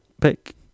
pick